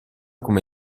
come